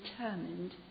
determined